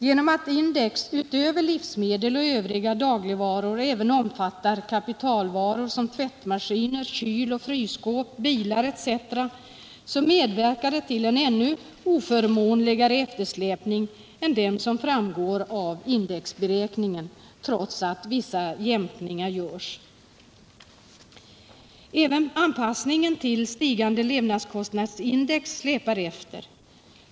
Genom att index — utöver livsmedel och övriga dagligvaror — även omfattar kapitalvaror som tvättmaskiner, kyloch frysskåp, bilar etc. så medverkar det till en ännu oförmånligare eftersläpning än den som framgår av indexberäkningen trots att vissa jämkningar görs. Även anpassningen till stigande levnadskostnadsindex släpar efter.